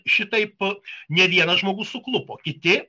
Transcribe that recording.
šitaip ne vienas žmogus suklupo kiti